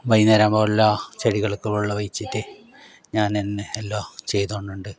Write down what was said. വൈകുന്നേരം ആവുമ്പോൾ എല്ലാ ചെടികൾക്കും വെള്ളം ഒഴിച്ചിട്ട് ഞാൻ തന്നെ എല്ലാം ചെയ്തോണ്ടുണ്ട്